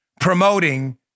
promoting